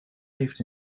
heeft